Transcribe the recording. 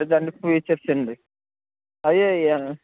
దాని ఫీచర్స్ అండి